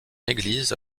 église